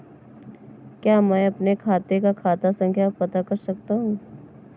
क्या मैं अपने खाते का खाता संख्या पता कर सकता हूँ?